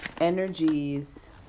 energies